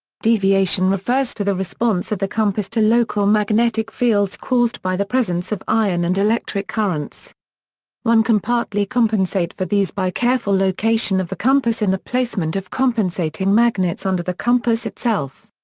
deviation refers to the response of the compass to local magnetic fields caused by the presence of iron and electric currents one can partly compensate for these by careful location of the compass and the placement of compensating magnets under the compass itself.